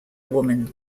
woman